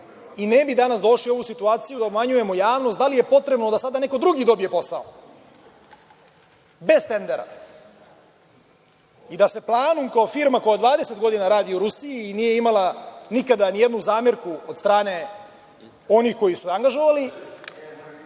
i ne bi danas došli u ovu situaciju da obmanjujemo javnost, da li je potrebno da sada neko drugi dobije posao, bez tendera i da se „Planum“, kao firma koja 20 godina radi u Rusiji i nije imala nikada nijednu zamerku od strane onih koji su je angažovali,